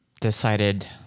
decided